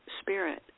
spirit